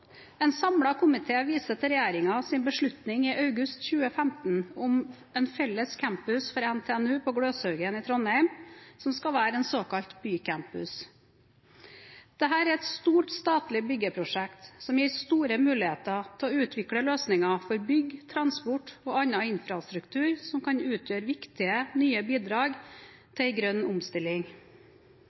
En samlet komité viser til regjeringens beslutning i august 2015 om en felles campus for NTNU på Gløshaugen i Trondheim, som skal være en såkalt bycampus. Dette er et stort statlig byggeprosjekt som gir store muligheter til å utvikle løsninger for bygg, transport og annen infrastruktur som kan utgjøre viktige nye bidrag til en grønn omstilling.